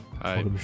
Hi